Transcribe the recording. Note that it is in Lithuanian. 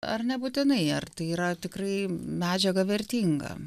ar nebūtinai ar tai yra tikrai medžiaga vertinga